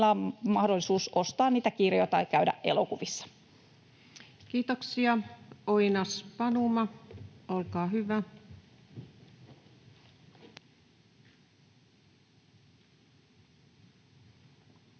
harvemmilla on mahdollisuus ostaa niitä kirjoja tai käydä elokuvissa. Kiitoksia. — Oinas-Panuma, olkaa hyvä. Arvoisa